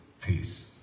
peace